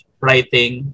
writing